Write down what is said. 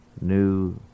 new